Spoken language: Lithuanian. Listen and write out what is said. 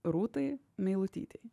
rūtai meilutytei